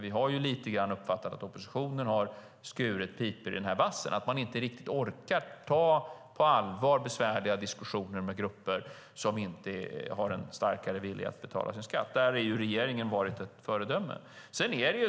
Vi har lite grann uppfattat att oppositionen har skurit pipor i vassen, att man inte riktigt har orkat ta på allvar besvärliga diskussioner med grupper som inte har en starkare vilja att betala sin skatt. Där har regeringen varit ett föredöme.